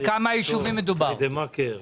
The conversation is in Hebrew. בכמה יישובים מדובר?